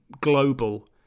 global